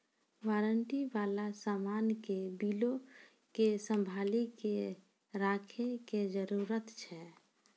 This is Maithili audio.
वारंटी बाला समान के बिलो के संभाली के रखै के जरूरत छै